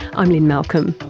i'm lynne malcolm,